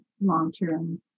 long-term